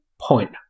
point